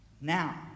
now